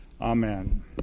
Amen